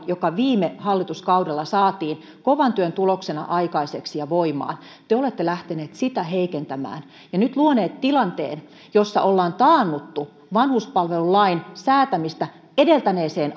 joka viime hallituskaudella saatiin kovan työn tuloksena aikaiseksi ja voimaan lähteneet heikentämään ja nyt luoneet tilanteen jossa ollaan taannuttu vanhuspalvelulain säätämistä edeltäneeseen